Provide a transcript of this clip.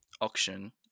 auction